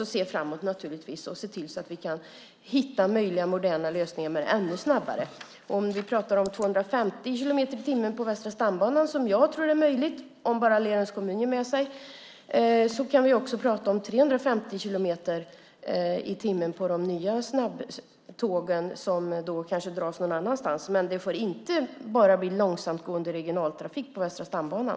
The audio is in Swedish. Vi måste naturligtvis också se framåt och se till att vi kan hitta möjliga moderna lösningar som är ännu snabbare. Om vi pratar om 250 kilometer i timmen på Västra stambanan, som jag tror är möjligt om bara Lerums kommun ger med sig, kan vi också prata om 350 kilometer i timmen på de nya snabbtågen som kanske får en annan sträckning. Men det får inte bara bli långsamgående regionaltrafik på Västra stambanan.